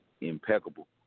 impeccable